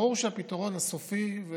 ברור שהפתרון הסופי,